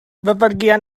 bepergian